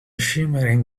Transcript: shimmering